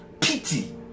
pity